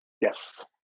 Yes